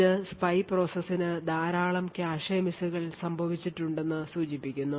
ഇത് സ്പൈ പ്രോസസ്സിന് ധാരാളം കാഷെ മിസ്സുകൾ സംഭവിച്ചിട്ടുണ്ടെന്ന് സൂചിപ്പിക്കുന്നു